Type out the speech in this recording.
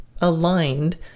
aligned